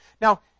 Now